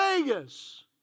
Vegas